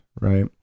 right